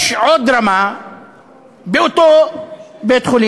יש עוד רמה באותו בית-חולים,